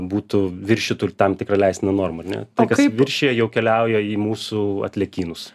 būtų viršytų tam tikrą leistina normą ar ne o kas viršija jau keliauja į mūsų atliekynus